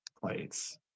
plates